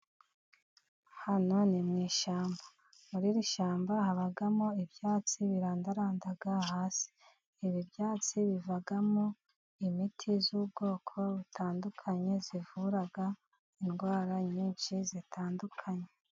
Hano ni mu ishyamba, muri iri shyamba habamo ibyatsi birandaranda hasi, ibi byatsi bivamo imiti y'ubwoko butandukanye, ivura indwara nyinshi zitandukanye.